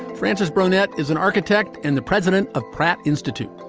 francis brunet is an architect and the president of pratt institute.